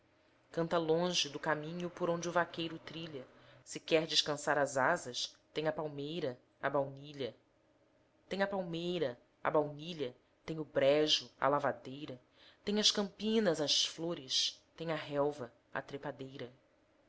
canta longe do caminho por onde o vaqueiro trilha se quer descansar as asas tem a palmeira a baunilha tem a palmeira a baunilha tem o brejo a lavadeira tem as campinas as flores tem a relva a trepadeira